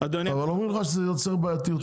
אבל אומרים לך שהחוק הזה יוצר בעייתיות.